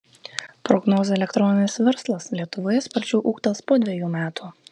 prognozė elektroninis verslas lietuvoje sparčiau ūgtels po dvejų metų